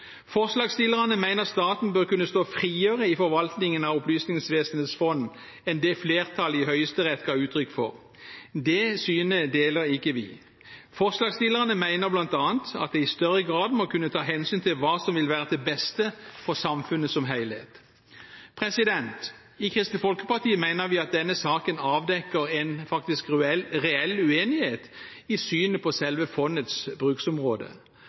Forslagsstillerne mener staten bør kunne stå friere i forvaltningen av Opplysningsvesenets fond enn det flertallet i Høyesterett ga uttrykk for. Det synet deler ikke vi. Forslagsstillerne mener bl.a. at det i større grad må kunne tas hensyn til hva som vil være til beste for samfunnet som helhet. I Kristelig Folkeparti mener vi at denne saken avdekker en faktisk reell uenighet i synet på selve fondets